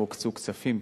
אם הוקצו כספים,